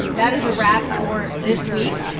that is a wrap for this week.